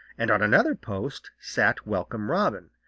and on another post sat welcome robin.